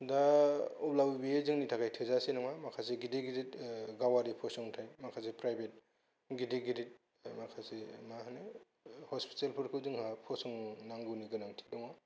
दा अब्लाबो बेयो जोंनि थाखाय थोजासे नङा माखासे गिदिर गिदिर गावारि फसंथान माखासे प्राइभेट गिदिर गिदिर माखासे माहोनो हस्पिटाल फोरखौ जोंहा फसंनांगौनि गोनांथि दङ